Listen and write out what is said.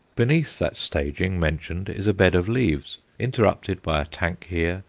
beneath that staging mentioned is a bed of leaves, interrupted by a tank here,